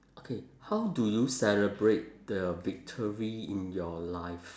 okay how do you celebrate the victory in your life